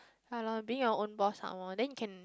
ya lor being your own boss some more then can